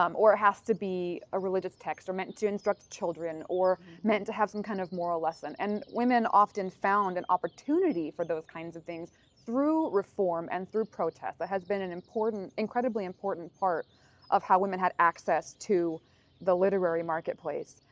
um or it has to be a religious text or meant to instruct children or meant to have some kind of moral lesson, and women often found an opportunity for those kinds of things through reform and through protest. that has been an important, incredibly important part of how women had access to the literary marketplace.